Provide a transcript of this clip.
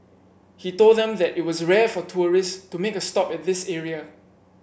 he told them that it was rare for tourists to make a stop at this area